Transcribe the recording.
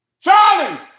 Charlie